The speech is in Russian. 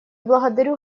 благодарю